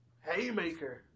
Haymaker